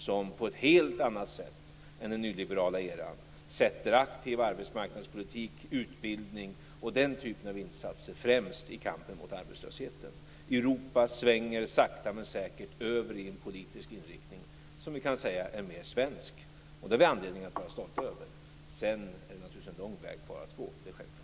Den kommer att sätta en aktiv arbetsmarknadspolitik, utbildning och den typen av insatser främst i kampen mot arbetslösheten på ett helt annat sätt än den nyliberala eran gjorde. Europa svänger sakta men säkert över i en politisk inriktning som vi kan säga är mer svensk. Det har vi anledning att vara stolta över. Sedan är det naturligtvis en lång väg kvar att gå. Det är självklart.